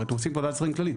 אתם עושים ועדת שרים כללית,